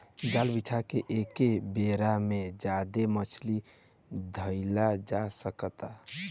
जाल बिछा के एके बेरा में ज्यादे मछली धईल जा सकता